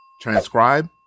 transcribe